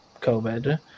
COVID